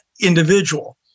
individual